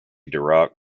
dirac